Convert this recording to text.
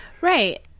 right